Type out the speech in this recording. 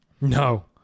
no